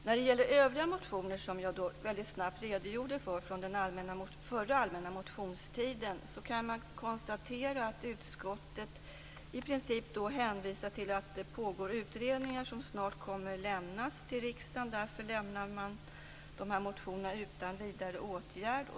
När det gäller övriga motioner från den allmänna motionstiden förra året, vilka jag snabbt har redogjort för, kan det konstateras att utskottet i princip hänvisar till pågående utredningar som snart kommer att avlämnas till riksdagen. Därför lämnas de här motionerna utan vidare åtgärd.